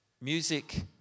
Music